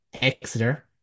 Exeter